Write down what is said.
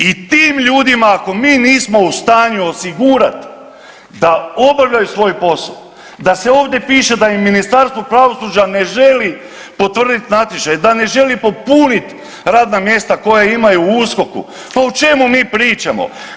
I tim ljudima ako mi nismo u stanju osigurat da obavljaju svoj posao, da se ovdje piše da im Ministarstvo pravosuđa ne želi potvrditi natječaj, da ne želi popuniti radna mjesta koja imaju u USKOKU, pa o čemu mi pričamo.